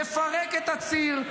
נפרק את הציר,